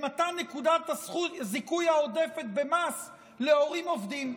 מתן נקודת הזיכוי העודפת במס להורים עובדים.